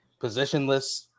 positionless